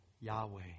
Yahweh